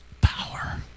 power